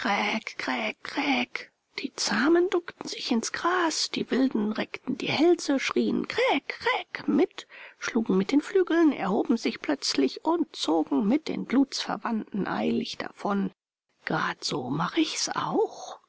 die zahmen duckten sich ins gras die wilden reckten die hälse schrien kräk kräk mit schlugen mit den flügeln erhoben sich plötzlich und zogen mit den blutsverwandten eilig davon grad so mach ich's auch